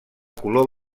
color